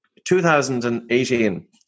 2018